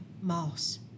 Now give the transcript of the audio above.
Moss